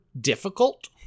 difficult